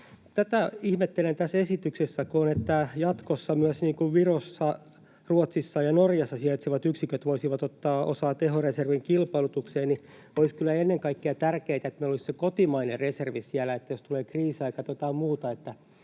Tätä ihmettelen tässä esityksessä, että jatkossa myös Virossa, Ruotsissa ja Norjassa sijaitsevat yksiköt voisivat ottaa osaa tehoreservin kilpailutukseen. Olisi kyllä ennen kaikkea tärkeätä, että meillä olisi se kotimainen reservi siellä, jos tulee kriisiaika tai jotain muuta,